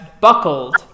buckled